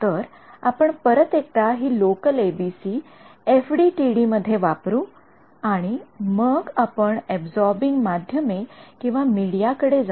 तर आपण परत एकदा हि लोकल एबीसी एफडीटीडी मध्ये वापरू आणि मग आपण अबसॉरबिंग माध्यमेमीडिया कडे जाऊ